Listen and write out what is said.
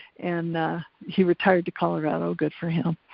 and he retired to colorado, good for him.